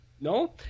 no